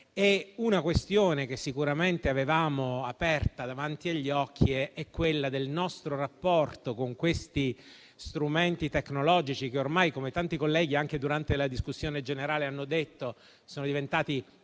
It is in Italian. una questione che sicuramente avevamo aperta davanti agli occhi è quella del nostro rapporto con questi strumenti tecnologici che ormai, come tanti colleghi anche durante la discussione generale hanno detto, sono diventati